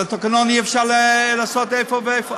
אבל בתקנון אי-אפשר לעשות איפה ואיפה.